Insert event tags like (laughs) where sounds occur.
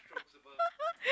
(laughs)